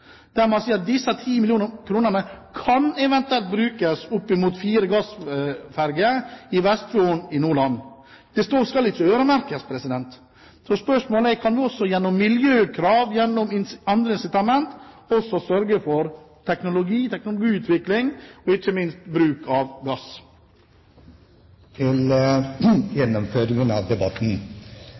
at disse 10 mill. kronene eventuelt kan brukes til fire gassferger i Vestfjorden i Nordland. De skal ikke øremerkes. Spørsmålet er om vi gjennom miljøkrav og andre incitament også kan sørge for teknologi, teknologisk utvikling og ikke minst bruk av gass. Til gjennomføringen av debatten: